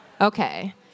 Okay